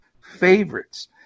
favorites